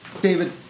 David